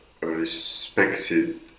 respected